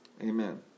Amen